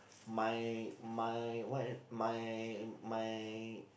my my what ah my my